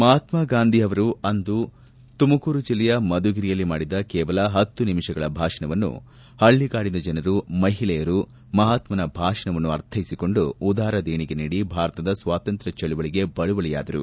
ಮಹಾತ್ಮ ಗಾಂಧಿ ಅವರು ಅಂದು ತುಮಕೂರು ಜಿಲ್ಲೆಯ ಮಧುಗಿರಿಯಲ್ಲಿ ಮಾಡಿದ ಕೇವಲ ಹತ್ತು ನಿಮಿಷಗಳ ಭಾಷಣವನ್ನು ಪಳ್ಳಿಗಾಡಿನ ಜನರು ಮಹಿಳೆಯರು ಮಹಾತ್ನನ ಭಾಷಣವನ್ನು ಅರ್ಥೈಸಿಕೊಂಡು ಉದಾರ ದೇಣಿಗೆ ನೀಡಿ ಭಾರತದ ಸ್ವಾತಂತ್ರ್ಕ ಚಳುವಳಿಗೆ ಬಳುವಳಿಯಾದರು